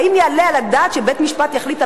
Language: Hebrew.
האם יעלה על הדעת שבית-משפט יחליט על